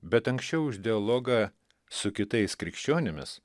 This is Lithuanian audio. bet anksčiau už dialogą su kitais krikščionimis